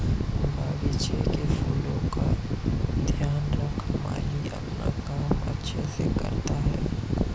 बगीचे के फूलों का ध्यान रख माली अपना काम अच्छे से करता है